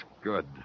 Good